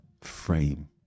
frame